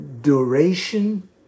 duration